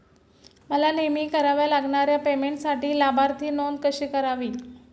मला नेहमी कराव्या लागणाऱ्या पेमेंटसाठी लाभार्थी नोंद कशी करावी?